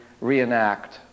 reenact